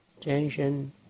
tension